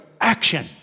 action